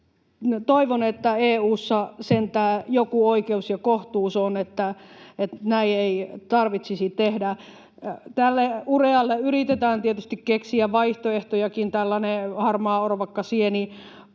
Toivon, että EU:ssa sentään joku oikeus ja kohtuus on, että näin ei tarvitsisi tehdä. Tälle urealle yritetään tietysti keksiä vaihtoehtojakin — tällainen harmaaorvakkasieni